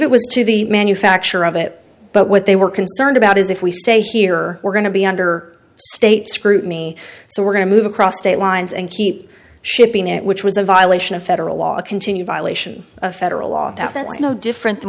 it was to the manufacturer of it but what they were concerned about is if we stay here we're going to be under state scrutiny so we're going to move across state lines and keep shipping it which was a violation of federal law a continued violation of federal law that was no different than